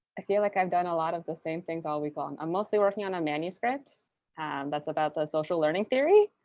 i feel like i've done a lot of the same things all week long. i'm mostly working on a manuscript and that's about the social learning theory,